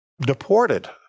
Deported